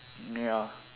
ya